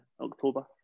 October